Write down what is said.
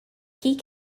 key